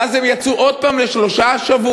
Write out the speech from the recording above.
ואז הם יצאו עוד פעם לחופשה של שלושה שבועות,